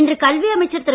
இன்று கல்வி அமைச்சர் திரு